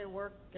work